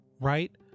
right